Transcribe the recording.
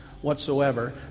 whatsoever